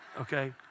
Okay